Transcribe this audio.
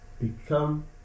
Become